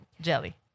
Jelly